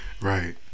Right